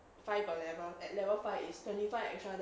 five per level at level five is twenty five extra